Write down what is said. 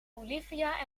olivia